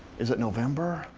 is it november?